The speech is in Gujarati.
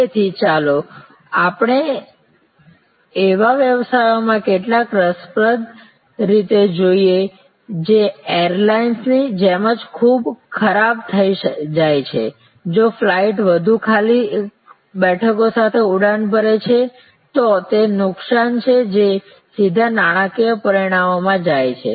તેથી ચાલો આપણે એવા વ્યવસાયોમાં કેટલીક રસપ્રદ રીતો જોઈએ જે એર લાઇન ની જેમ ખૂબ જ ખરાબ થઈ જાય છે જો ફ્લાઇટ વધુ ખાલી બેઠકો સાથે ઉડાન ભરે છે તો તે નુકસાન છે જે સીધા નાણાકીય પરિણામોમાં જાય છે